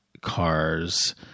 cars